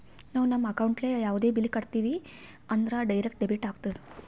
ನಾವು ನಮ್ ಅಕೌಂಟ್ಲೆ ಯಾವುದೇ ಬಿಲ್ ಕಟ್ಟಿವಿ ಅಂದುರ್ ಡೈರೆಕ್ಟ್ ಡೆಬಿಟ್ ಆತ್ತುದ್